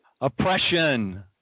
Oppression